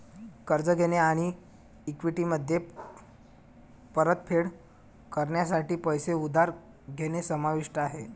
कर्ज घेणे आणि इक्विटीमध्ये परतफेड करण्यासाठी पैसे उधार घेणे समाविष्ट आहे